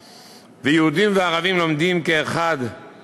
ויהודים וערבים כאחד לומדים על